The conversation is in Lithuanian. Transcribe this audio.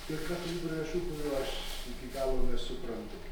dėl kai kurių priežasčių kurių aš iki galo nesuprantu